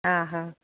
हा हा